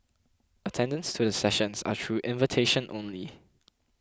attendance to the sessions are through invitation only